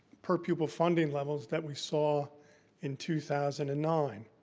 per pupil funding levels that we saw in two thousand and nine.